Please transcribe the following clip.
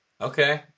Okay